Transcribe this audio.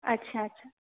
अच्छा अच्छा